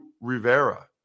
Rivera